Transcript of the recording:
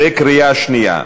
בקריאה שנייה.